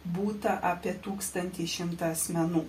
būta apie tūkstantį šimtą asmenų